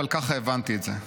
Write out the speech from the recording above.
אבל ככה הבנתי את זה,